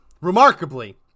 Remarkably